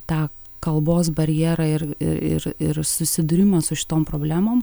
tą kalbos barjerą ir ir ir ir susidūrimą su šitom problemom